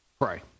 pray